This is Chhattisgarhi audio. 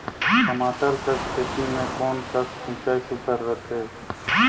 टमाटर कर खेती म कोन कस सिंचाई सुघ्घर रथे?